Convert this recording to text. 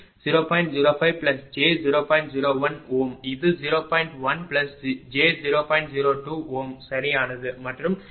02 சரியானது மற்றும் இது 0